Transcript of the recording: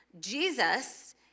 Jesus